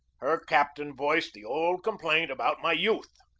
her captain voiced the old com plaint about my youth,